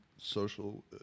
social